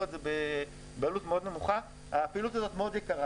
את זה בעלות מאוד נמוכה הפעילות הזאת מאוד יקרה,